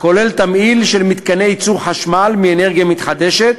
הכולל תמהיל של מתקני ייצור חשמל מאנרגיה מתחדשת,